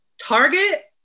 Target